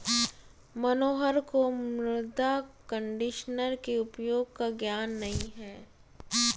मनोहर को मृदा कंडीशनर के उपयोग का ज्ञान नहीं है